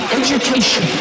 education